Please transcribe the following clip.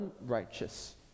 unrighteous